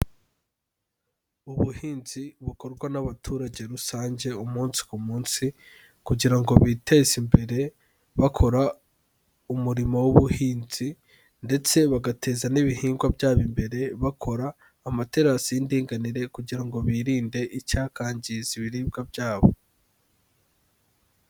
Ubuhinzi bukorwa n'abaturage rusange umunsi ku munsi kugira ngo biteze imbere bakora umurimo w'ubuhinzi ndetse bagateza n'ibihingwa byabo imbere, bakora amaterasi y'indinganire kugira ngo birinde icyakwangiza ibiribwa byabo.